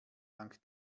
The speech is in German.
dank